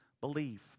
believe